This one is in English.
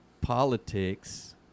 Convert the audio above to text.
politics